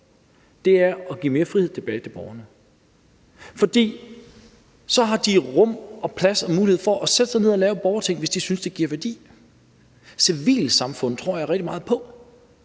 – er at give mere frihed tilbage til borgerne. For så har de rum og plads til og mulighed for at sætte sig ned og lave et borgerting, hvis de synes, det giver værdi. Jeg tror rigtig meget på